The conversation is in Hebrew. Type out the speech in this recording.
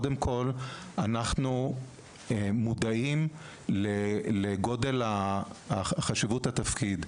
אנחנו מודעים לגודל חשיבות התפקיד.